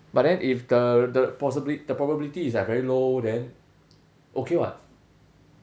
but then if the the possibili~ probability is like very low then okay [what]